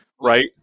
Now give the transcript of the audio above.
Right